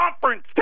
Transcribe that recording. conference